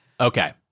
Okay